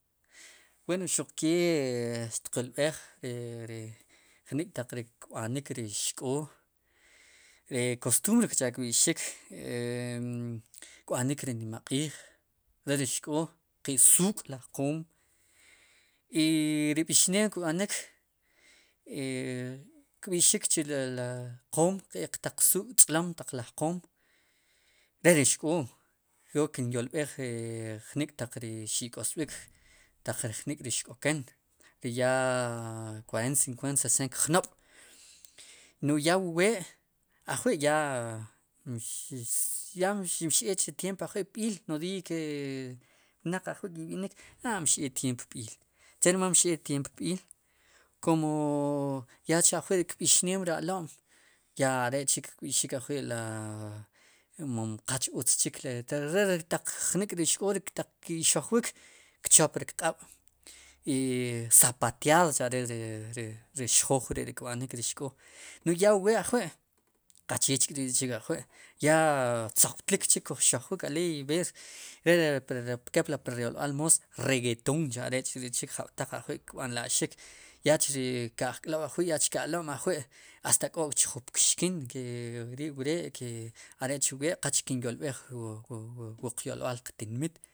Wen xukee xtiq yolb'ej ri jnik'ri taq kb'anik ri xk'oo ri kostumbre cha kb'i'xik e kb'nik ri nima q'iij re ri xk'o suuk'laj qoom i ri b'iix neem kb'anik kb'ixik chu ri la qoom k'eq taq suuk'tz'lom laj taq qoom re ri xk'oo yo kinyolb'ej ri jnik' taq ki' k'osb'ik taq ri jnik'ri xk'oken ri yaa cuarenta, sesenta kjnob' no'j ya wuwe ajwi' ya yaax mix mix eek chri tiempo ajwi'p-iil i ke wnaq ajwi' ki'b'inikm a mxeek ptiemp p-iil che rmal mxeek ptiemp p-iil kum yach ajwi' b'ixneem ri alo'm ya are'ch kb'i'xik ajwi' ri la mom qatz utz chik re ri jnik'ri xk'oo k'o ri ki'xojwik kchop riq q'aab' i zapatead chare' ri ri ri xjoow ri' kb'anik ri xk'oo no'j ya wu we ajwi' qachech k'ri chik ajwi' ya tzoqtlik chik kuj xojwiik aleey b'eer kepli pir yolb'al moos regueton cha'arech k'ri'chik jab'taq kb'anla'xik yach ke ajk'lob'ajwi' yach ke'alo'm ajwi' hasta k'ok chjun kpixkin ke ri'wre' arech wu wee qach kinyolb'ej wu wu wu wu qyolb'aal qtinmit.